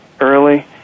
early